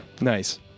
Nice